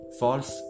false